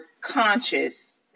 conscious